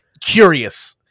curious